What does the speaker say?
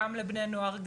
גם לבני נוער,